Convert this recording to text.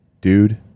dude